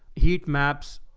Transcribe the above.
heat maps.